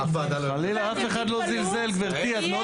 אף אחד לא זלזל, גברתי, את מאוד קשובה.